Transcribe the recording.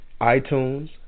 iTunes